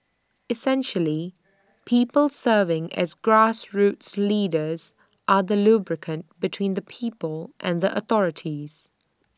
essentially people serving as grassroots leaders are the lubricant between the people and the authorities